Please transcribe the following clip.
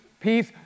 peace